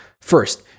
First